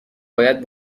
باید